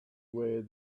where